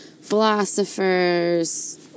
philosophers